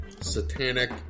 satanic